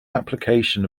application